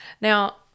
Now